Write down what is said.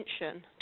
attention